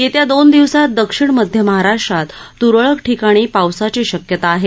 येत्या दोन दिवसात दक्षिण मध्य महाराष्ट्रात तुरळक ठिकाणी पावसाची शक्यता आहे